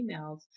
emails